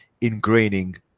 ingraining